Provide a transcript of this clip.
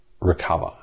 recover